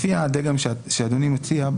לפי הדגם שאדוני מציע,